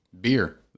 Beer